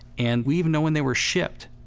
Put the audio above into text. and we even know when they were shipped.